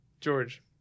George